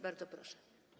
Bardzo proszę.